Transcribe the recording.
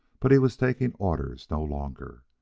but he was taking orders no longer.